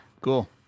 Cool